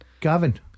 Gavin